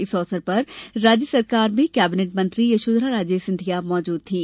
इस अवसर पर राज्य शासन मे कैबिनेट मंत्री यशोधराराजे सिंधिया मौजूद थीं